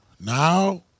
Now